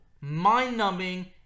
mind-numbing